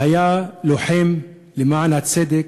והיה לוחם למען הצדק,